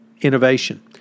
innovation